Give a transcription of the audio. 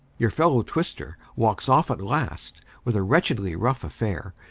your fellow-twister walks off at last, with a wretchedly rough affair,